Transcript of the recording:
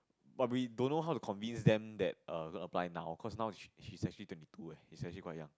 but we don't know how to convince them that err gonna to apply now cause now is she is actually twenty two eh is actually quite young